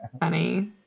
Funny